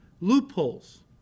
Loopholes